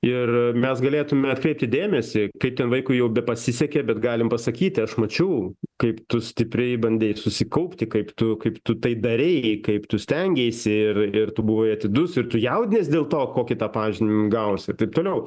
ir mes galėtume atkreipti dėmesį kaip ten vaikui jau bepasisekė bet galim pasakyti aš mačiau kaip tu stipriai bandei susikaupti kaip tu kaip tu tai darei kaip tu stengeisi ir ir tu buvai atidus ir tu jaudiniesi dėl to kokį tą pažymį gausi toliau